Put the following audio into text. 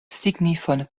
signifon